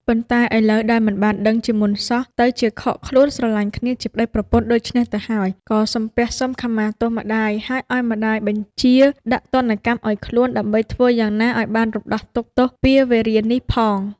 ប៉ុន្តែឥឡូវដោយមិនបានដឹងជាមុនសោះ ទៅជាខកខ្លួនស្រឡាញ់គ្នាជាប្តីប្រពន្ធដូច្នេះទៅហើយ ក៏សំពះសុំខមាទោសម្តាយ ហើយឱ្យម្ដាយបញ្ជាដាក់ទណ្ឌកម្មឱ្យខ្លួន ដើម្បីធ្វើយ៉ាងណាឱ្យបានរំដោះទុក្ខទោសពៀរវេរានេះផង។